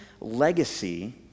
legacy